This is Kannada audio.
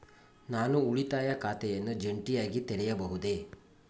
ನಾನು ಉಳಿತಾಯ ಖಾತೆಯನ್ನು ಜಂಟಿಯಾಗಿ ತೆರೆಯಬಹುದೇ?